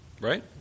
Right